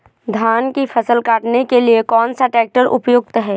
धान की फसल काटने के लिए कौन सा ट्रैक्टर उपयुक्त है?